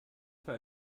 für